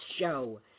show